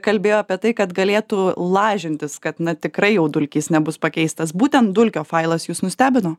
kalbėjo apie tai kad galėtų lažintis kad na tikrai jau dulkys nebus pakeistas būtent dulkio failas jus nustebino